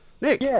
Nick